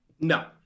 No